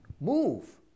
move